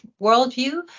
worldview